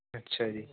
ਅੱਛਾ ਜੀ